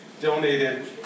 donated